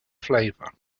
flavor